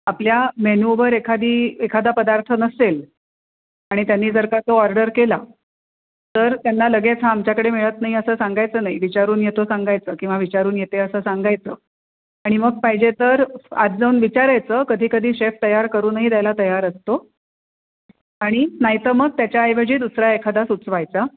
आपल्या मेन्यूवर एखादी एखादा पदार्थ नसेल आणि त्यांनी जर का तो ऑर्डर केला तर त्यांना लगेच हा आमच्याकडे मिळत नाही असं सांगायचं नाही विचारून येतो सांगायचं किंवा विचारून येते असं सांगायचं आणि मग पाहिजे तर आत जाऊन विचारायचं कधी कधी शेफ तयार करूनही द्यायला तयार असतो आणि नाही तर मग त्याच्याऐवजी दुसरा एखादा सुचवायचा